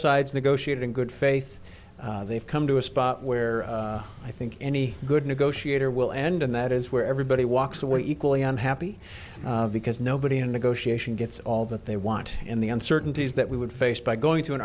sides negotiated in good faith they've come to a spot where i think any good negotiator will end and that is where everybody walks away equally unhappy because nobody in negotiation gets all that they want and the uncertainties that we would face by going t